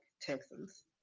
Texans